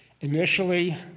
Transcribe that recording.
Initially